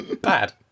Bad